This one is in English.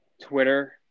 Twitter